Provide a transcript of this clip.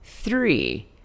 Three